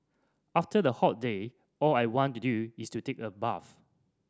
after a hot day all I want to do is to take a bath